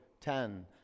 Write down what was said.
ten